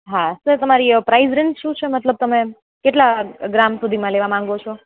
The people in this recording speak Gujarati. હા સર તમારી પ્રાઇસ રેન્જ શું છે મતલબ તમે કેટલા ગ્રામ સુધીમાં લેવા માંગો છો